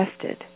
tested